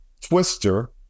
Twister